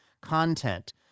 content